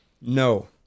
No